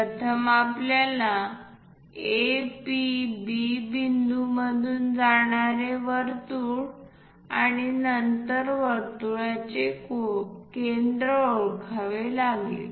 प्रथम आपल्याला A P B बिंदूमधून जाणारे वर्तुळ आणि नंतर वर्तुळाचे केंद्र ओळखावे लागेल